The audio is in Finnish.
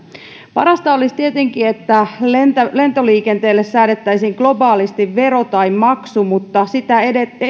parasta olisi tietenkin että lentoliikenteelle säädettäisiin globaalisti vero tai maksu mutta sitä